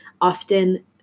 often